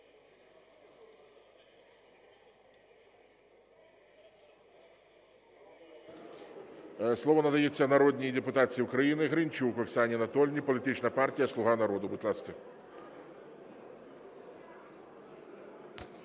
Слово надається народній депутатці України Гринчук Оксані Анатоліївні, політична партія "Слуга народу". Будь ласка.